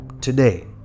Today